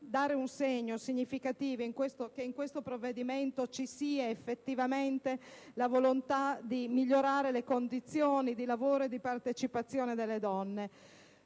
dare un segno significativo affinché in questo provvedimento ci sia, effettivamente, la volontà di migliorare le condizioni di lavoro e di partecipazione delle donne.